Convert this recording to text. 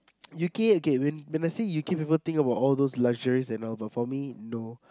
you key okay when when I say you key the whole thing about all those luxuries but for me no